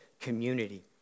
community